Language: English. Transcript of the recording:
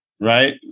Right